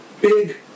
big